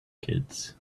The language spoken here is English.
kids